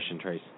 Trace